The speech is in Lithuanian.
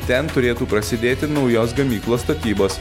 ten turėtų prasidėti naujos gamyklos statybos